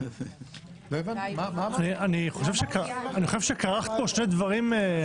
אני חושב שכרך פה שני דברים.